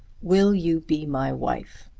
will you be my wife?